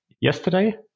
yesterday